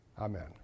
Amen